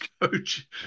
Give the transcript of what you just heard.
coach